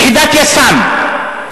יחידת יס"מ,